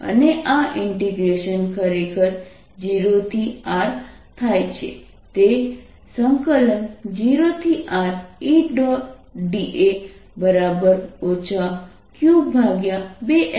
અને આ ઇન્ટીગ્રેશન ખરેખર 0 થી R થાય છે તે0RE